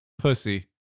pussy